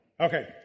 Okay